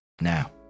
Now